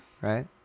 Right